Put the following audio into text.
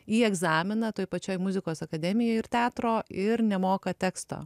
į egzaminą toj pačioj muzikos akademijoj ir teatro ir nemoka teksto